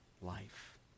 life